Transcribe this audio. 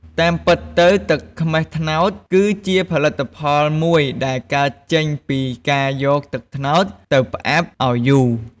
តាមពិតទៅ ទឹកខ្មេះត្នោត គឺជាផលិតផលមួយដែលកើតចេញពីការយកទឹកត្នោតទៅផ្អាប់ឱ្យយូរ។